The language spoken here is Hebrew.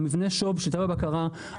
מבנה השליטה והבקרה,